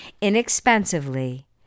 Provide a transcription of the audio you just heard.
inexpensively